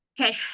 Okay